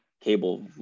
Cable